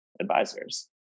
advisors